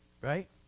Right